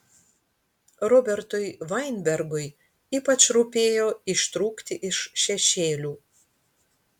robertui vainbergui ypač rūpėjo ištrūkti iš šešėlių